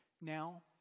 now